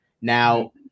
Now